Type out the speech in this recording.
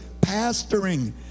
pastoring